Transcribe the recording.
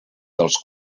dels